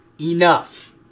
enough